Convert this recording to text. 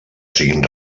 siguin